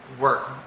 work